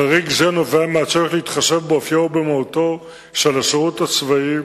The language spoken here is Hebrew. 3. חריג זה נובע מהצורך להתחשב באופיו ובמהותו של השירות הצבאי,